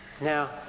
Now